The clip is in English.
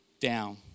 down